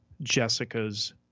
jessica's